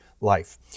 life